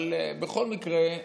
אבל בכל מקרה,